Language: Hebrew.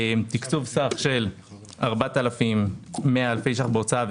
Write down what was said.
תקצוב סך של 4,100 אלפי שקלים בהוצאה,